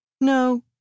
No